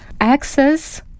access